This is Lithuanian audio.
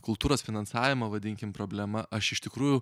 kultūros finansavimo vadinkim problema aš iš tikrųjų